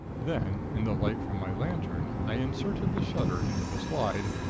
then, in the light from my lantern, i inserted the shutter into the slide,